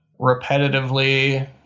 repetitively